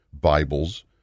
Bibles